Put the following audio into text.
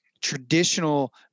traditional